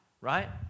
right